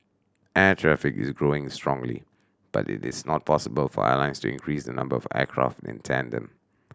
air traffic is growing strongly but it is not possible for airlines to increase the number of aircraft in tandem